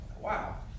wow